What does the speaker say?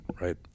right